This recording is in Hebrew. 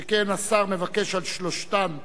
שכן השר מבקש על שלושתן לענות,